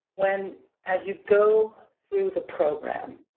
when as you go through the program,